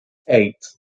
eight